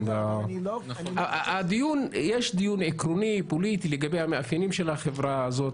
יש דיון עקרוני פוליטי לגבי המאפיינים של החברה הזאת,